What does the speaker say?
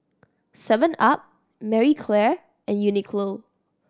seven up Marie Claire and Uniqlo